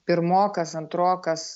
pirmokas antrokas